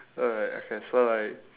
alright okay so like